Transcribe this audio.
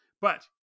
But